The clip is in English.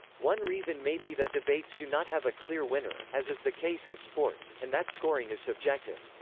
one reason may be that debates do not have a clear winner, as is the case in sports, and that scoring is subjective.